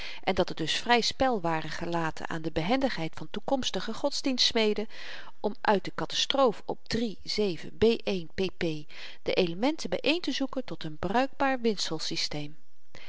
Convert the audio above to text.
en dat er dus vry spel ware gelaten aan de behendigheid van toekomstige godsdienstsmeden om uit den katastroof op de elementen byeentezoeken tot n bruikbaar